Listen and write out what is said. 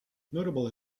notable